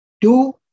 Two